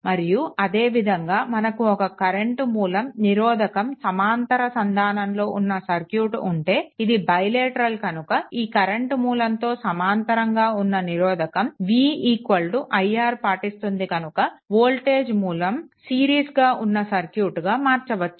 మరియు అదే విధంగా మనకు ఒక కరెంట్ మూలం నిరోధకం సమాంతర సంధానంలో ఉన్న సర్క్యూట్ ఉంటే ఇది బైలేటరల్ కనుక ఈ కరెంట్ మూలంతో సమాంతరంగా ఉన్న నిరోధకం v iR పాటిస్తుంది కనుక వోల్టేజ్ మూలం సిరీస్గా ఉన్న సర్క్యూట్గా మార్చవచ్చు